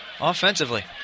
offensively